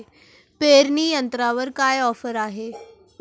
पेरणी यंत्रावर काय ऑफर आहे?